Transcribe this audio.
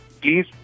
Please